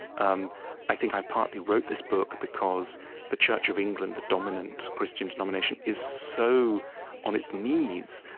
um i think i partly wrote this book because the church of england, the dominant christian domination, is so on its knees.